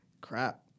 crap